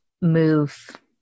move